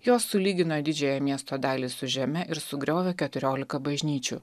jos sulygino didžiąją miesto dalį su žeme ir sugriovė keturioliką bažnyčių